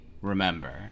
remember